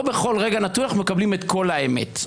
בכל רגע נתון אנחנו מקבלים את כל האמת.